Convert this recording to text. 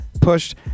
pushed